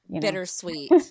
bittersweet